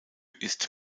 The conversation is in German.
ist